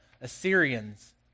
Assyrians